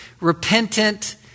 repentant